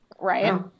Right